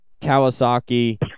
Kawasaki